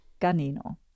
Ganino